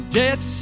death